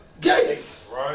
gates